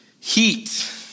Heat